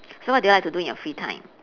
so what do you like to do in your free time